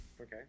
Okay